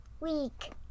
week